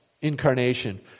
incarnation